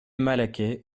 malaquais